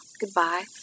Goodbye